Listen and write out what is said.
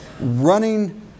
running